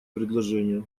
предложение